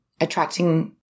attracting